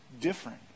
different